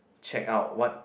check out what